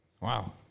Wow